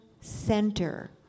center